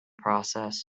process